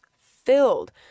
filled